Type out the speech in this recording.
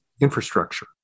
infrastructure